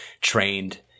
trained –